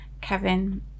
Kevin